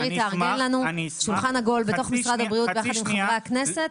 מירי תארגן לנו שולחן עגול בתוך משרד הבריאות ביחד עם חברי הכנסת,